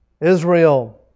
Israel